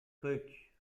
truc